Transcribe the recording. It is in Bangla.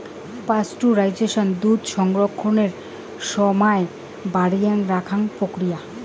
পাস্টুরাইজেশন দুধের রক্ষণের সমায় বাড়েয়া রাখং প্রক্রিয়া